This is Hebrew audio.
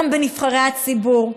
גם בנבחרי הציבור,